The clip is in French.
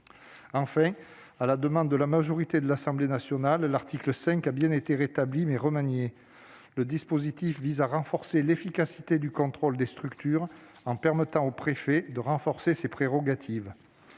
Enfin, à la demande de la majorité de l'Assemblée nationale, l'article 5 a bien été rétabli, mais remanié. Le dispositif vise à renforcer l'efficacité du contrôle des structures, en permettant au préfet de renforcer ses prérogatives.